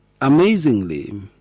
amazingly